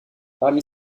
parmi